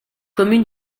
commune